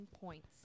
points